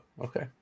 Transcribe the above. okay